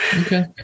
Okay